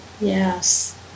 Yes